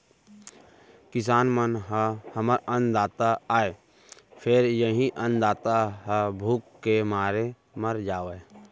किसान मन ह हमर अन्नदाता आय फेर इहीं अन्नदाता ह भूख के मारे मर जावय